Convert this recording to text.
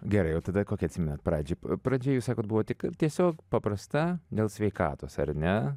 gerai o tada kokią atsimenat pradžią pradžia jūs sakot buvo tik tiesiog paprasta dėl sveikatos ar ne